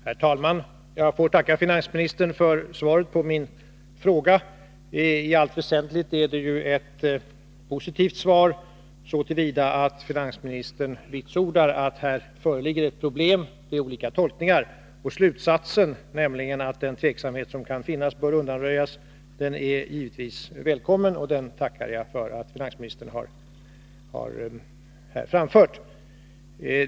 Herr talman! Jag får tacka finansministern för svaret på min fråga. I allt väsentligt är det ju ett positivt svar, så till vida att finansministern vitsordar att här föreligger ett problem med olika tolkningar. Slutsatsen, nämligen att den tveksamhet som kan finnas bör undanröjas, är givetvis välkommen, och jag tackar för att finansministern här har framfört den.